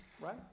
right